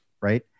Right